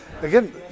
again